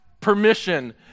permission